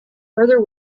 further